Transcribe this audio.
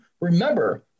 Remember